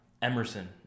Emerson